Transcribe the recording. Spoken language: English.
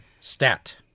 Stat